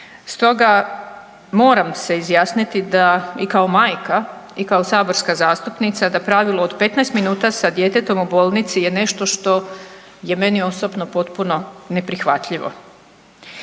Stoga moram se izjasniti da i kao majka i kao saborska zastupnica da pravilo od 15 minuta sa djetetom u bolnici je nešto što je meni osobno potpuno neprihvatljivo.